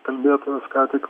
kalbėtojas ką tik